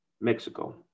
Mexico